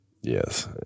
Yes